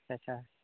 ᱟᱪᱪᱷᱟ ᱟᱪᱪᱷᱟ